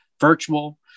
virtual